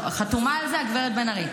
חתומה על זה הגב' בן ארי.